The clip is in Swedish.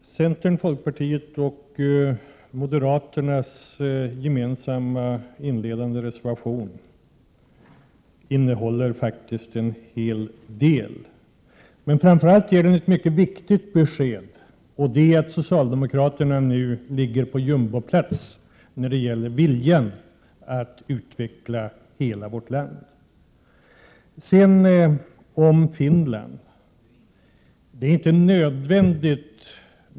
Herr talman! Centerns, folkpartiets och moderaternas gemensamma inledande reservation innehåller faktiskt en hel del. Men framför allt ger den ett mycket viktig besked, och det är att socialdemokraterna nu ligger på jumboplats när det gäller viljan att utveckla hela vårt land. Sedan till diskussionen om Finland.